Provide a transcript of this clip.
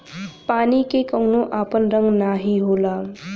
पानी के कउनो आपन रंग नाही होला